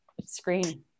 screen